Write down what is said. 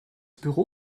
büro